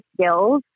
skills